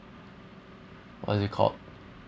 what is it called